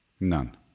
None